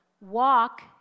Walk